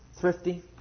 thrifty